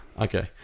Okay